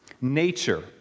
nature